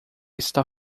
está